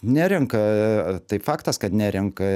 nerenka tai faktas kad nerenka